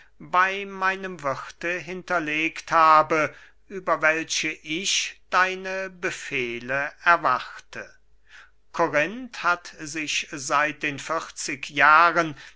bey meinem wirthe hinterlegt habe über welche ich deine befehle erwarte korinth hat sich seit den vierzig jahren